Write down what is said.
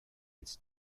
its